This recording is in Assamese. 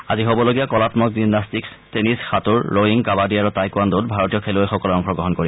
আজি হবলগীয়া কলাম্মক জিমনাষ্টিচ টেনিছ সাঁতোৰ ৰয়িং কাবাদী আৰু টাইকোৱাণ্ডত ভাৰতীয় খেলুৱৈসকলে অংশগ্ৰহণ কৰিব